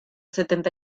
setenta